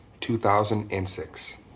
2006